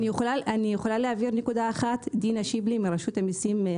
אני מהלשכה המשפטית של רשות המסים.